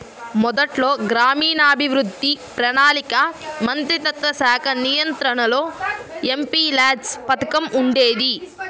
మొదట్లో గ్రామీణాభివృద్ధి, ప్రణాళికా మంత్రిత్వశాఖ నియంత్రణలో ఎంపీల్యాడ్స్ పథకం ఉండేది